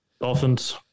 Dolphins